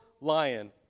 lion